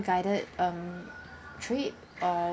guided um trip or